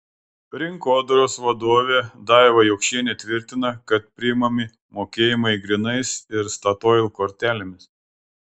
rinkodaros vadovė daiva jokšienė tvirtina kad priimami mokėjimai grynais ir statoil kortelėmis